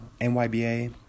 nyba